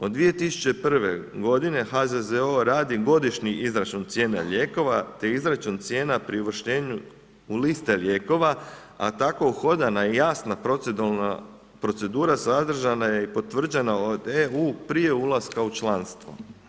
Od 2001. godine HZZO radi godišnji izračun cijena lijekova te izračun cijena pri uvrštenju u liste lijekova, a tako uhodana i jasna proceduralna procedura sadržana je i potvrđena od EU prije ulaska u članstvo.